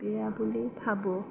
বেয়া বুলি ভাবোঁ